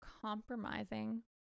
compromising